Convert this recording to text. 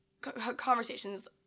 conversations